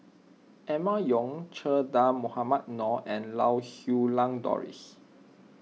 Emma Yong Che Dah Mohamed Noor and Lau Siew Lang Doris